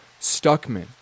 Stuckman